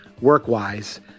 work-wise